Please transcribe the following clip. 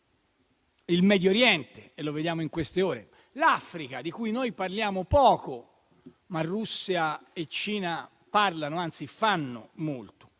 il Medio Oriente - lo vediamo in queste ore - l'Africa, di cui noi parliamo poco, ma di cui Russia e Cina parlano - anzi, fanno - molto.